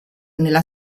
nella